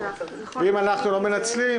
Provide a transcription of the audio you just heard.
טוב, אנחנו נפנה אליהם.